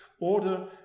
order